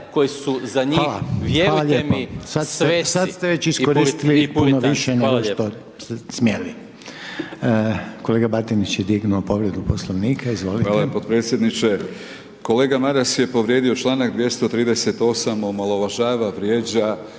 koji su za njih, vjerujte mi sve .../Govornik